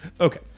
Okay